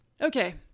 Okay